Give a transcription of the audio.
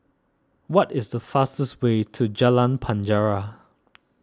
what is the fastest way to Jalan Penjara